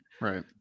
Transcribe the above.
right